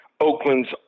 Oakland's